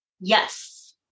Yes